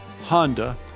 Honda